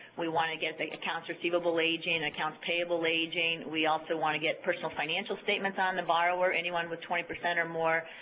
we want to get the accounts receivable aging, accounts payable aging, we also want to get personal financial statements on the borrower, anyone with twenty percent or more.